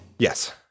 Yes